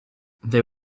they